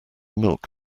milk